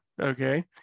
Okay